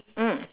mm